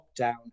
lockdown